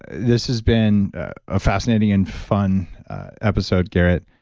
this has been a fascinating and fun episode, garrett.